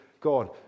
God